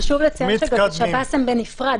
חשוב לציין ששב"ס הם בנפרד.